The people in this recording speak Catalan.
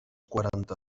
quaranta